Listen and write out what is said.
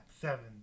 seven